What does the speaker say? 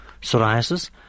psoriasis